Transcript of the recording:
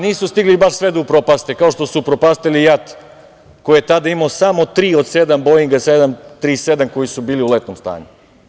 Nisu stigli baš sve da upropaste, kao što su upropastili JAT koji je tada imao samo tri od sedam Boinga 737 koji su bili u letnom stanju.